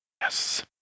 Yes